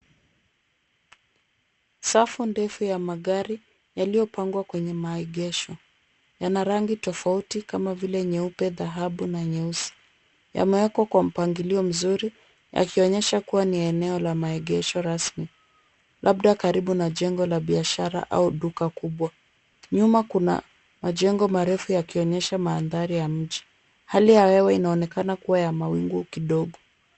Safu ndefu ya magari yaliyopangwa kwenye maegesho. Yana rangi tofauti kama vile nyeupe, dhahabu na nyeusi. Yamewekwa kwa mpangilio mzuri yakionyesha kuwa ni eneo la maegesho rasmi labda karibu na jengo la biashara au duka kubwa. Nyuma kuna majengo marefu yakionyesha mandhari ya mji. Hali ya hewa inaonekana kuwa ya mawingu kidogo.